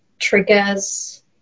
triggers